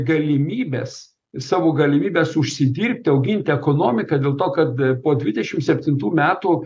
galimybes savo galimybes užsidirbti auginti ekonomiką dėl to kad po dvidešimt septintų metų